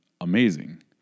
amazing